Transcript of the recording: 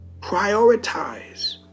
prioritize